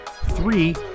three